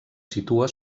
situa